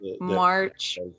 March